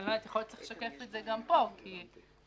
יכול להיות שצריך לשקף את זה גם פה שהממונה